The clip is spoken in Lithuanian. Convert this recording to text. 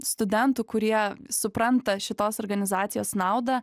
studentų kurie supranta šitos organizacijos naudą